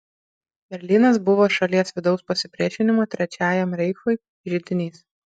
berlynas buvo šalies vidaus pasipriešinimo trečiajam reichui židinys